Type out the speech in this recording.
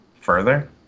further